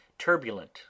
Turbulent